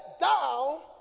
Thou